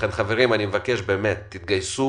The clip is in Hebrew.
חברים, אני מבקש שתתגייסו